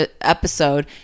episode